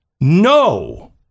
no